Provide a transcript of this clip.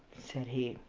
said he,